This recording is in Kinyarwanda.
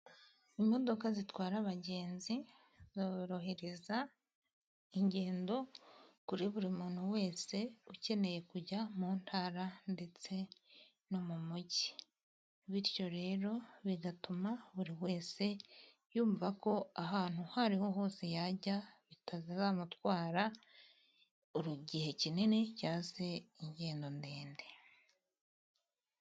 Imodoka zitwara abagenzi, zorohereza ingendo kuri buri muntu wese ukeneye kujya mu ntara ndetse no mu mujyi, bityo rero bigatuma buri wese yumva ko ahantu aho ariho hose yajya bitazamutwara igihe kinini, cyangwa se ingendo ndende.